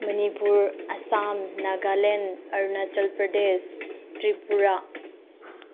Manipur Assam Nagaland Arunachal Pradesh Tripura